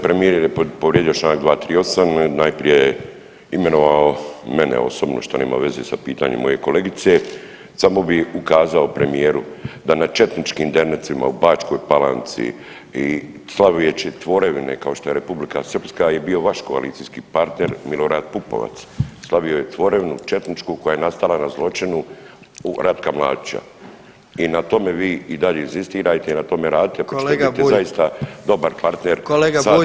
Premijer je povrijedio čl. 238. najprije je imenovao mene osobno što nema veze sa pitanjem moje kolegice, samo bi ukazao premijeru da na četničkim dernecima u Bačkoj Palanci i slaveći tvorevine kao što je Republika Srpska je bio vaš koalicijski partner Milorad Pupovac, slavio je tvorevinu četničku koja je nastala na zločinu Ratka Mladića i na tome vi i dalje inzistirajte i na tome radite jer [[Upadica predsjednik: Kolega Bulj.]] zaista dobar partner sa Dodigom.